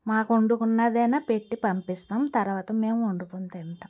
మాకు వండు కున్నది అయినా పెట్టి పంపిస్తాం తరవాత మేము వండుకోని తింటాం